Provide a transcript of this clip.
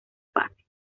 fase